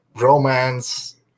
romance